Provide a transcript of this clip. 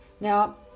Now